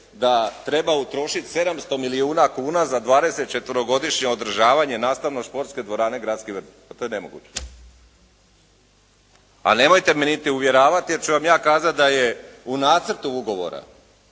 da treba utrošiti 700 milijuna kuna za dvadesetčetverogodišnje održavanje nastavno športske dvorane Gradski vrt. Pa to je nemoguće. A nemojte me niti uvjeravati jer ću vam ja kazati da je u nacrtu ugovora